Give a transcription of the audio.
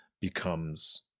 becomes